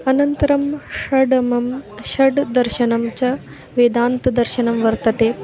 अनन्तरं षष्ठमं षड्दर्शनं च वेदान्तदर्शनं वर्तते